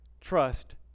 trust